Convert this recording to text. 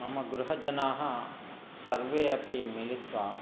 मम गृहजनाः सर्वे अपि मिलित्वा